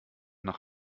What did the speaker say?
nach